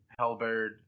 Hellbird